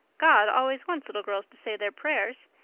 god always wants little girls to say their prayers.